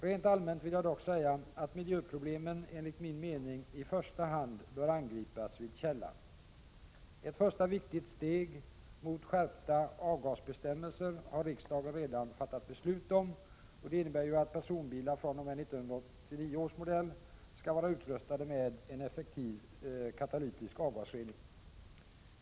Rent allmänt vill jag dock säga att miljöproblemen enligt min mening i första hand bör angripas vid källan. Ett första viktigt steg mot skärpta avgasbestämmelser har riksdagen redan fattat beslut om. Detta innebär att personbilar fr.o.m. 1989 års bilmodell skall vara utrustade med effektiv avgasrening.